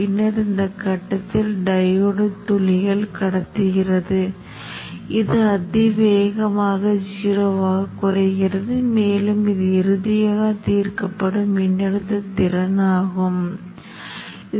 எனவே நீங்கள் மூலத்தை நேர்மறையாக இருக்கும் வகையில் வைத்தால் அதில் மின்னோட்டம் பாயும் திசையில் நீங்கள் மின்னோட்டத்தின் சரியான திசையைப் பெற முடியும் மற்றபடி நாம் செய்த மாற்றம் எதுவும் இல்லை